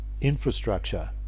infrastructure